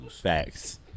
Facts